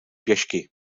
pěšky